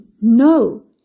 No